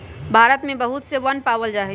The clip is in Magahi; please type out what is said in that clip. भारत में बहुत से वन पावल जा हई